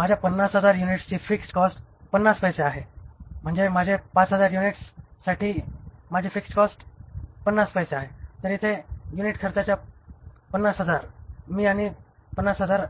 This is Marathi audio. माझ्या 50000 युनिट्सची फिक्स्ड कॉस्ट 50 पैसे आहे म्हणजे माझे 5000 युनिट्स साठी माझी फिक्स्ड कॉस्ट 50 पैसे आहे तर इथे दर युनिट खर्चाच्या 50000 मी आणि 5000